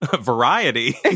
variety